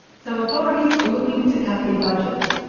so authorities are looking to cut their budgets.